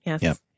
Yes